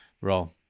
role